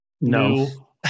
No